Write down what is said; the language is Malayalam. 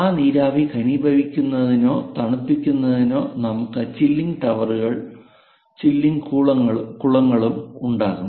ആ നീരാവി ഘനീഭവിപ്പിക്കുന്നതിനോ തണുപ്പിക്കുന്നതിനോ നമുക്ക് ചില്ലിംഗ് ടവറുകളും ചില്ലിംഗ് കുളങ്ങളും ഉണ്ടാകും